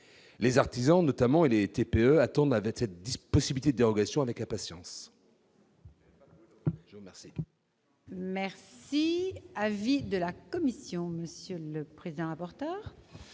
Les artisans, notamment, et les TPE attendent une telle possibilité de dérogation avec impatience.